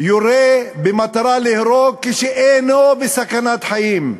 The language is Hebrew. יורה במטרה להרוג, כשאינו בסכנת חיים.